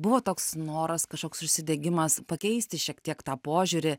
buvo toks noras kažkoks užsidegimas pakeisti šiek tiek tą požiūrį